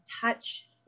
touch